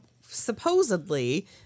supposedly